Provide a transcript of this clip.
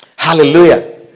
Hallelujah